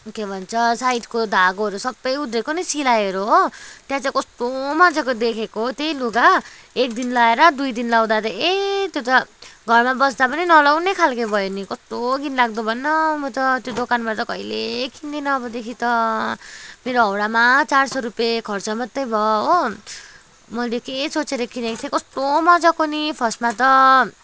के भन्छ साइडको धागोहरू सबै उद्रेको नि सिलाइहरू हो त्यहाँ चाहिँ कस्तो मज्जाको देखेको हो त्यो लुगा एक दिन लगाएर दुई दिन लगाउँदा त ए त्यो त घरमा बस्दा पनि नलाउने खालको भयो नि कस्तो घिनलाग्दो भन न म त त्यो दोकानबाट कहिल्यै किन्दिनँ अबदेखि त मेरो हाउडामा चार सौ रुपिँया खर्च मात्रै भयो हो मैले के सोचेर किनेको थिएँ कस्तो मज्जाको नि फर्स्टमा त